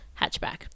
hatchback